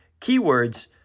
keywords